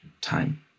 Time